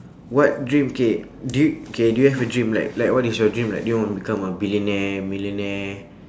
what dream okay do you okay do you have a dream like like what is your dream like do you want to become a billionaire millionaire